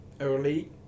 Early